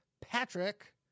Patrick